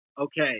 Okay